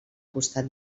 costat